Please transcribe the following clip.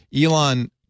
Elon